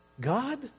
God